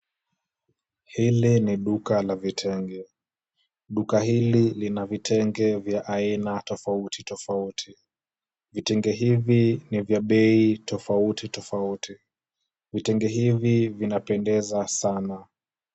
Hili ni duka la vitenge. Duka hili lina vitenge vya aina tofauti tofauti. Vitenge hivi ni vya bei tofauti tofauti. Vitenge hivi vinapendeza sana.